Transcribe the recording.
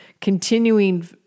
continuing